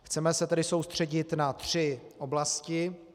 Chceme se tedy soustředit na tři oblasti.